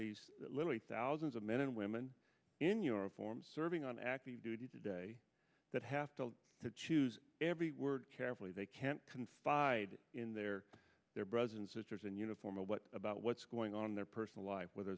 these literally thousands of men and women in your form serving on active duty today that have to choose every word carefully they can't confide in their their brothers and sisters in uniform or what about what's going on in their personal life whether